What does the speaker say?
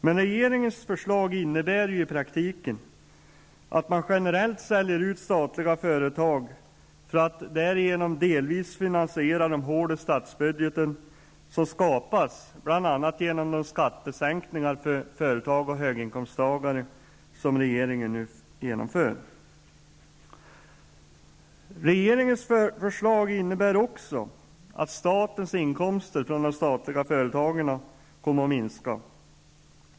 Men regeringens förslag innebär i praktiken att man generellt säljer ut statliga företag för att därigenom delvis finansiera de hål i statsbudgeten som skapas av bl.a. de skattesänkningar för höginkomsttagare och företag som regeringen genomför. Regeringens förslag innebär också att statens inkomster från de statliga företagen kommer att minska.